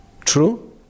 True